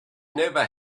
never